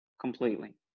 Completely